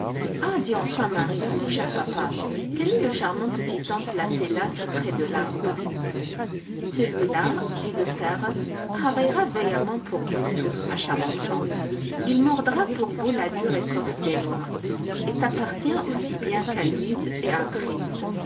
ah dit enfin marie mon cher papa quel est le charmant petit homme placé là tout près de l'arbre celui-là dit le père travaillera vaillamment pour vous tous ma chère enfant il mordra pour vous la dure écorce des noix et t'appartient aussi bien qu'à louise et à fritz